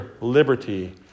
liberty